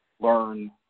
learn